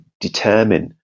determine